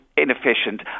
inefficient